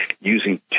using